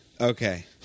Okay